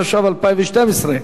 התשע"ב 2012,